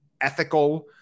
ethical